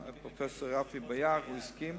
הנושא נדון במליאת הכנסת ב-9 ביולי 2009